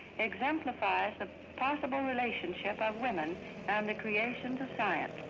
exemplifies the possible relationship of women and the creations of science.